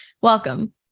Welcome